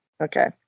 Okay